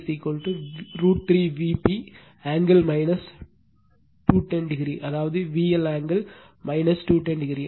மற்றும் Vca √ 3 Vp angle 210o அதாவது VL angle 210o